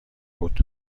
بود